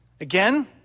Again